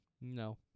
No